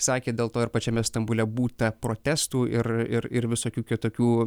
sakė dėl to ir pačiame stambule būta protestų ir ir ir visokių kitokių